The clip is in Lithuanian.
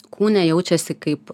kūne jaučiasi kaip